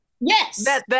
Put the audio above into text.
Yes